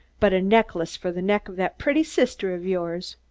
but a necklace for the neck of that pretty sister of yours.